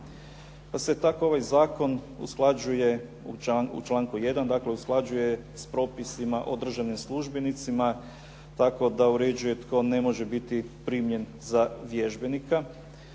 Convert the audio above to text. Pa se tako ovaj zakon usklađuje u članku 1. dakle usklađuje sa propisima o državnim službenicima, tako da uređuje tko ne može biti primljen za vježbenika.